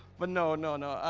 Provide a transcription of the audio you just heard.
but no, no no,